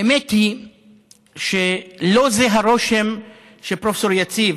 האמת היא שלא זה הרושם שפרופ' יציב,